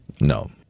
no